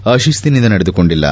ಆತಿತ್ತಿನಿಂದ ನಡೆದುಕೊಂಡಿಲ್ಲ